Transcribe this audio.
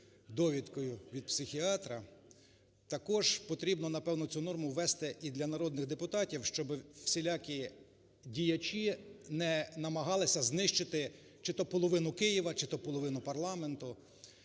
довідкою від психіатра, також потрібно, напевно, цю норму ввести і для народних депутатів. Щоби всілякі діячі не намагалися знищити чи то половину Києва, чи то половину парламенту,